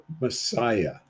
Messiah